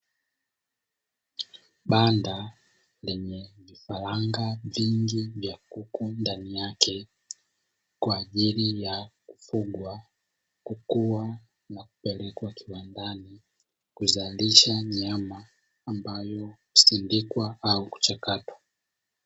Banda lenye vifaranga vingi vya kuku ndani yake, kwa ajili ya kufugwa, kukua na kupelekwa kiwandani, kuzalisha nyama ambayo husindikwa au kuchakatwa.